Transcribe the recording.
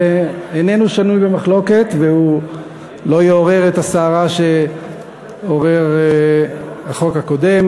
איננו שנוי במחלוקת ולא יעורר את הסערה שעורר החוק הקודם.